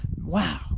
Wow